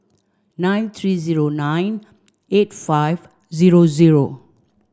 nine three zero nine eight five zero zero